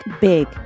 big